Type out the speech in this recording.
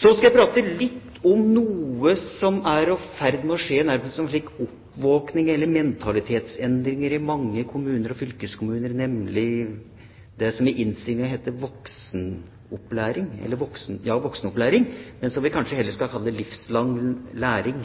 Så skal jeg prate litt om noe som er i ferd med å skje, nærmest som en oppvåkning eller mentalitetsendring i mange kommuner og fylkeskommuner, nemlig det som i innstillingen heter voksenopplæring, men som vi kanskje heller skal kalle livslang læring.